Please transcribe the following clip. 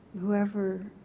Whoever